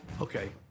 Okay